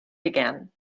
began